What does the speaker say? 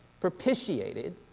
propitiated